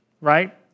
right